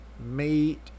meet